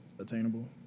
attainable